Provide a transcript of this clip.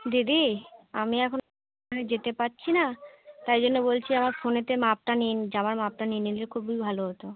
দিদি আমি এখন যেতে পারছি না তাই জন্য বলছি আমার ফোনেতে মাপটা নিন জামার মাপটা নিয়ে নিলে খুবই ভালো হতো